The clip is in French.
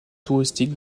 touristique